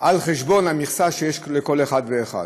על חשבון המכסה שיש לכל אחד ואחד.